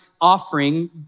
offering